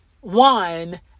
one